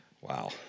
Wow